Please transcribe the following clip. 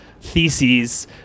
theses